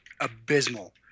abysmal